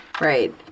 Right